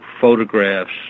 photographs